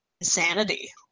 insanity